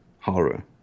Horror